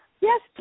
Yes